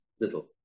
little